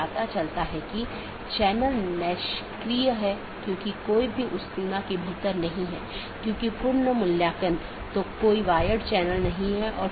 BGP किसी भी transport layer का उपयोग नहीं करता है ताकि यह निर्धारित किया जा सके कि सहकर्मी उपलब्ध नहीं हैं या नहीं